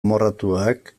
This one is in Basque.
amorratuak